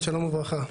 שלום וברכה,